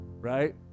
Right